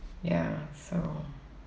ya so